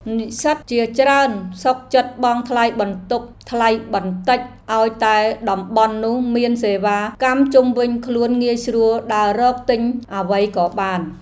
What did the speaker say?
និស្សិតជាច្រើនសុខចិត្តបង់ថ្លៃបន្ទប់ថ្លៃបន្តិចឱ្យតែតំបន់នោះមានសេវាកម្មជុំវិញខ្លួនងាយស្រួលដើររកទិញអ្វីក៏បាន។